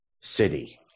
city